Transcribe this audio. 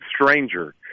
stranger